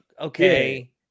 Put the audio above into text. okay